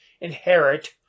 inherit